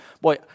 boy